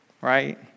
right